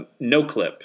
Noclip